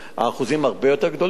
האחוזים הרבה יותר גדולים,